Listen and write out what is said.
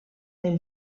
del